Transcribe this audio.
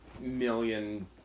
million